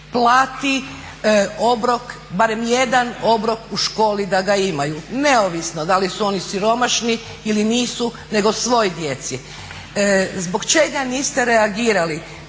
plati obrok, barem jedan obrok u školi da ga imaju, neovisno da li su oni siromašni ili nisu nego svoj djeci. Zbog čega niste reagirali